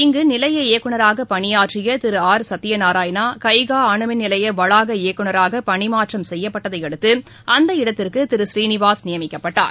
இங்கு நிலைய இயக்குனராக பணியாற்றிய திரு ஆர் சத்தியநாராயணா கைகா அனுமின் நிலைய வளாக இயக்குனராக பணிமாற்றம் செய்யப்பட்டதையடுத்து அந்த இடத்திற்கு திரு சீனிவாஸ் நியமிக்கப்பட்டார்